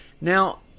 Now